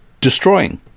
destroying